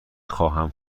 خواهم